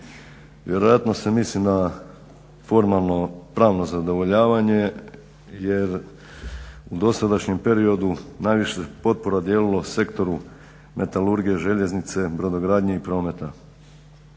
Vjerojatno se misli na formalno-pravno zadovoljavanje jer u dosadašnjem periodu najviše potpora se dijelilo Sektoru metalurgije, željeznice, brodogradnje i prometa.